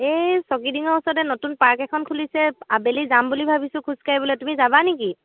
এই ছকিডিঙ্গৰ ওচৰতে নতুন পাৰ্ক এখন খুলিছে আবেলি যাম বুলি ভাবিছোঁ খুজ কাঢ়িবলৈ তুমি যাবা নেকি